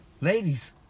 Ladies